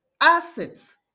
assets